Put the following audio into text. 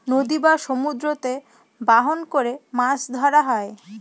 নদী বা সমুদ্রতে বাহন করে মাছ ধরা হয়